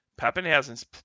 Pappenhausen's